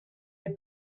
have